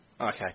Okay